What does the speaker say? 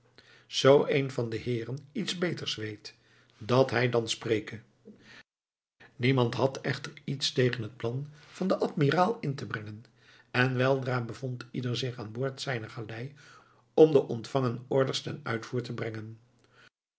zoo een van de heeren iets beters weet dat hij dan spreke niemand had echter iets tegen het plan van den admiraal in te brengen en weldra bevond ieder zich aanboord zijner galei om de ontvangen orders ten uitvoer te brengen